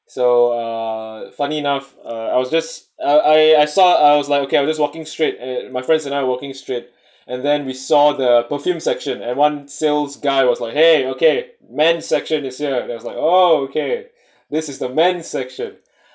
so uh funny enough uh I was just I I saw I was like okay I was just walking straight and my friends and I walking straight and then we saw the perfume section and one sales guy was like !hey! okay man section is here there's like oh okay this is the man section